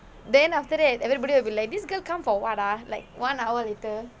then after that everybody will be like this girl come for [what] ah like one hour later